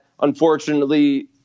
unfortunately